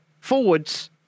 forwards